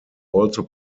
also